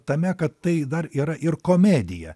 tame kad tai dar yra ir komedija